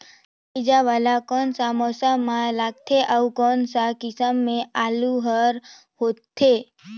चाना बीजा वाला कोन सा मौसम म लगथे अउ कोन सा किसम के आलू हर होथे?